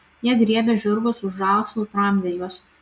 jie griebė žirgus už žąslų tramdė juos